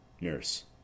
Nurse